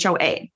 HOA